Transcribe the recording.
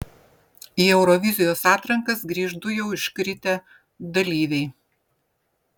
į eurovizijos atrankas grįš du jau iškritę dalyviai